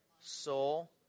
soul